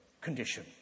condition